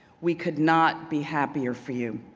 we could not be happier for you.